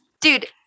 Dude